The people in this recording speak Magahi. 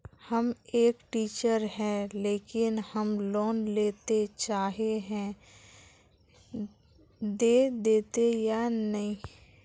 हम एक टीचर है लेकिन हम लोन लेले चाहे है ते देते या नय?